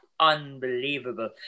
unbelievable